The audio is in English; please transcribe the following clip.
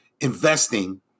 investing